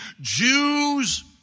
Jews